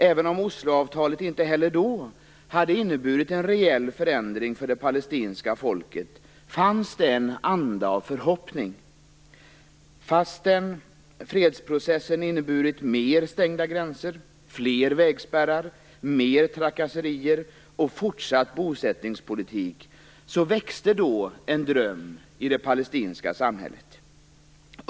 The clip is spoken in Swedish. Även om Osloavtalet inte heller då hade inneburit någon reell förändring för det palestinska folket, fanns det en anda av förhoppning. Fastän fredsprocessen inneburit fler stängda gränser, fler vägspärrar, mer trakasserier och fortsatt bosättningspolitik, växte då en dröm i det palestinska samhället.